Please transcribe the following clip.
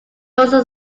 also